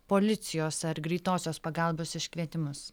policijos ar greitosios pagalbos iškvietimus